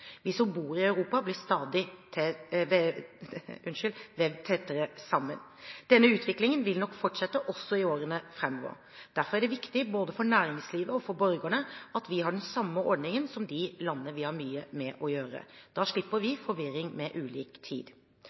Vi som bor i Europa, blir stadig vevd tettere sammen. Denne utviklingen vil nok fortsette også i årene framover. Derfor er det viktig, både for næringslivet og for borgerne, at vi har den samme ordningen som de landene vi har mye med å gjøre. Da slipper vi forvirring med ulik tid.